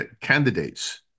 candidates